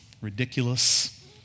ridiculous